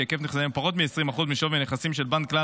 שהיקף נכסיהם הוא פחות מ-20% משווי הנכסים של כלל